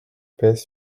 pèsent